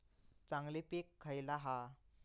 चांगली पीक खयला हा?